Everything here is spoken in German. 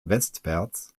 westwärts